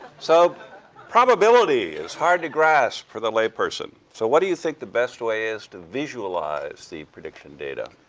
so probability is hard to grasp for the layperson. so what do you think the best way is to visualize the prediction data?